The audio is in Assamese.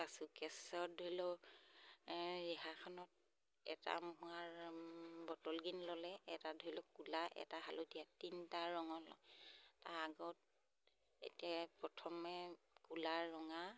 আঁচু কেচত ধৰি লওক ৰিহাখনত এটা মোহাৰ বটল গ্ৰীণ ল'লে এটা ধৰি লওক ক'লা এটা হালধীয়া তিনিটা ৰঙৰ লয় তাৰ আগত এতিয়া প্ৰথমে ক'লা ৰঙা